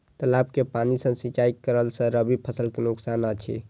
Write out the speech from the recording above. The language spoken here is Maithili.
तालाब के पानी सँ सिंचाई करला स रबि फसल के नुकसान अछि?